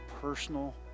personal